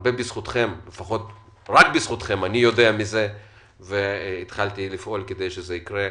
רק בזכותכם אני יודע מזה והתחלתי לפעול כדי שזה יקרה.